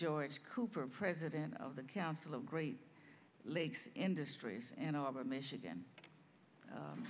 joyce cooper president of the council of great lakes industries and arbor michigan